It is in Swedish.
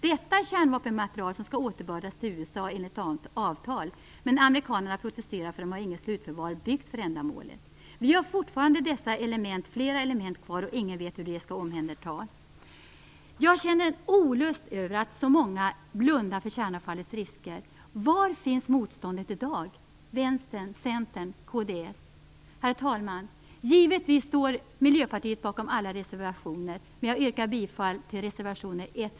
Detta är kärnvapenmaterial som skall återbördas till USA enligt avtal, men amerikanerna protesterar, för de har inget slutförvar byggt för ändamålet. Vi har fortfarande flera sådana här element kvar, och ingen vet hur de skall omhändertas. Jag känner en olust över att så många blundar för kärnavfallets risker. Var finns motståndet i dag från Herr talman! Givetvis står Miljöpartiet bakom alla reservationer, men jag yrkar bifall till reservationerna